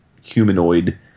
humanoid